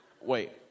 wait